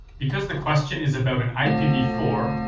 because the question is about an i p v four,